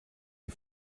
die